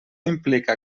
implica